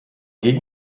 gegen